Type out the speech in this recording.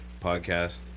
podcast